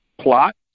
plot